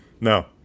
No